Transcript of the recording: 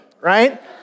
right